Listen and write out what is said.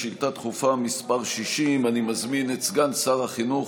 שאילתה דחופה מס' 60. אני מזמין את סגן שר החינוך